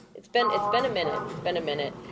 it's been it's been a minute, it's been a minute.